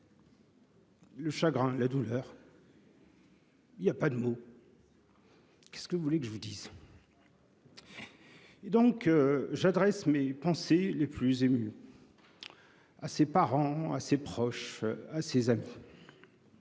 le chagrin, la douleur. Il n'y a pas de mots ... Que voulez-vous que je vous dise ? J'adresse mes pensées les plus émues à ses parents, à ses proches, à ses amis.